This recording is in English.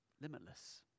limitless